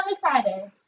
Friday